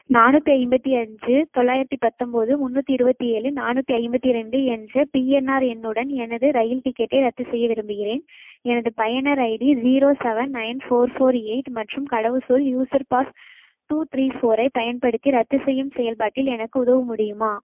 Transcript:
நானூற்றி ஐம்பத்தி அஞ்சு தொள்ளாயிரத்தி பத்தம்பது முந்நூற்றி இருபத்தி ஏழு நானூற்றி ஐம்பத்தி ரெண்டு என்ற பிஎன்ஆர் எண்ணுடன் எனது இரயில் டிக்கெட்டை ரத்து செய்ய விரும்புகிறேன் எனது பயனர் ID zero seven nine four four eight மற்றும் கடவுச்சொல் user pass two three four ஐப் பயன்படுத்தி ரத்து செய்யும் செயல்பாட்டில் எனக்கு உதவ முடியுமா